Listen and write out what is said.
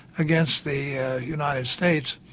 against the united states.